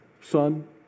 Son